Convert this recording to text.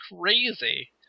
crazy